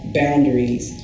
boundaries